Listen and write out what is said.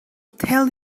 tell